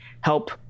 help